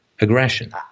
aggression